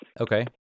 Okay